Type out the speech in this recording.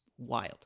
wild